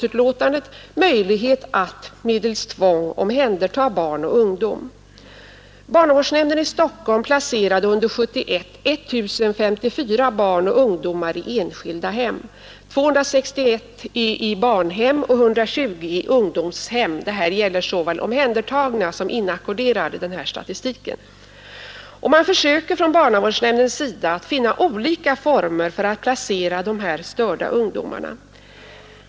Under 1971 placerade barnavårdsnämnden i Stockholm 1 054 barn och ungdomar i enskilda hem, 261 i barnhem och 120 i ungdomshem. Denna statistik gäller såväl omhändertagna som inackorderade. Barnavårdsnämnden försöker finna olika former för att placera dessa störda ungdomar.